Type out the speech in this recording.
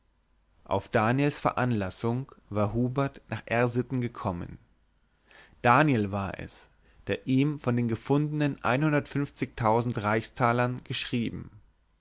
auf daniels veranlassung war hubert nach r sitten gekommen daniel war es der ihm von den gefundenen einhundertfünfzigtausend reichstalern geschrieben